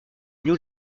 new